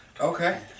Okay